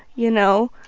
you know,